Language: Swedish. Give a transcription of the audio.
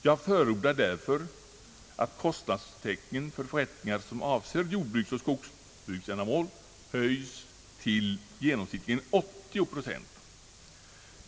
Jag förordar därför att kostnadstäckningen för förrättningar, som avser jordbruksoch skogsbruksändamål, höjs till genomsnittligen 80 92.